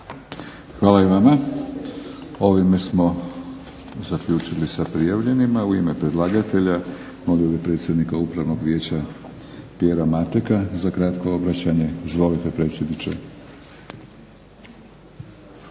Hvala i vama. Ovime smo zaključili sa prijavljenima. U ime predlagatelja molio bih predsjednika Upravnog vijeća Pijera Mateka za kratko obraćanje. Izvolite predsjedniče.